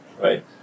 right